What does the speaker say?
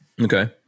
Okay